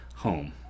home